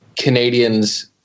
Canadians